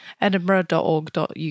Edinburgh.org.uk